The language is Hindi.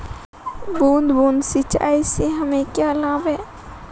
बूंद बूंद सिंचाई से हमें क्या लाभ है?